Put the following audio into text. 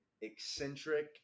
eccentric